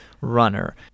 runner